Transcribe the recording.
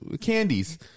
candies